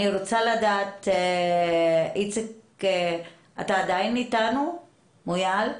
איציק מויאל,